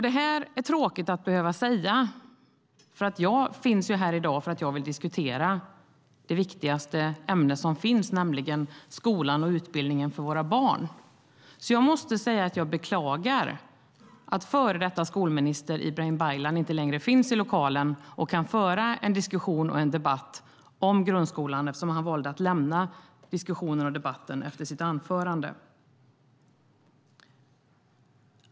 Det här är tråkigt att behöva säga, för jag finns här i dag för att jag vill diskutera det viktigaste ämne som finns, nämligen skolan och utbildningen för våra barn. Jag måste säga att jag beklagar att före detta skolminister Ibrahim Baylan inte längre finns i lokalen för att kunna föra en diskussion och en debatt om grundskolan. Han valde att lämna diskussionen och debatten efter sitt anförande. Herr talman!